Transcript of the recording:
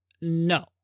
No